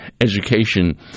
Education